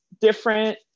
different